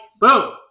Boom